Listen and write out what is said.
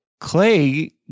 Clay